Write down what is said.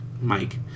Mike